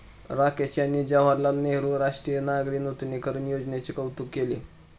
राकेश यांनी जवाहरलाल नेहरू राष्ट्रीय नागरी नूतनीकरण योजनेचे कौतुक केले